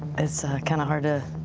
it's kind of hard to